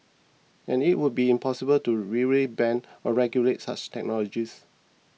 and it would be impossible to really ban or regulate such technologies